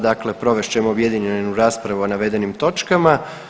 Dakle provest ćemo objedinjenu raspravu o navedenim točkama.